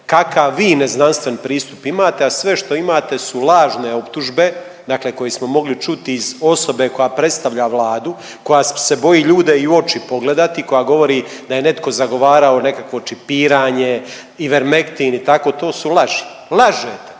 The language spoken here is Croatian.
kakav vi neznanstven pristup imate, a sve što imate su lažne optužbe, dakle koje smo mogli čuti iz osobe koja predstavlja Vladu, koja se boji ljudi i u oči pogledati, koja govori da je netko zagovarao nekakvo čipiranje, Ivermektin i tako to su laži. Lažete,